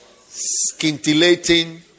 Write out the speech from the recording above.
scintillating